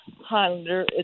Highlander